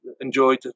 enjoyed